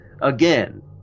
Again